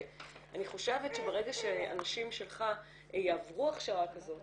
ואני חושבת שברגע שהאנשים שלך יעברו הכשרה כזאת